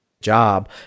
job